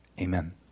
Amen